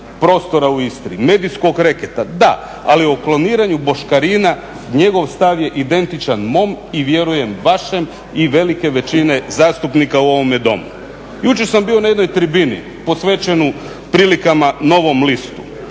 prostora u Istri, medijskog reketa da, ali o kloniranju boškarina njegov stav je identičan mom i vjerujem vašem i velike većine zastupnika u ovome domu. Jučer sam bio na jednoj tribini posvećenu prilikama Novom listu.